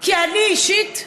כי אני אישית,